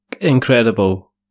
incredible